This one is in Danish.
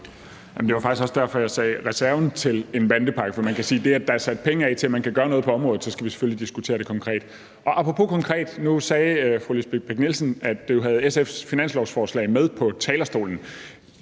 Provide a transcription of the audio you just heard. Det var faktisk også derfor, jeg sagde »reserve til en bandepakke«. For man kan sige, at det, at der er sat penge af til, at man kan gøre noget på området, selvfølgelig gør, at vi skal diskutere det konkret. Apropos konkret: Nu sagde fru Lisbeth Bech-Nielsen, at hun havde SF's finanslovsforslag med på talerstolen.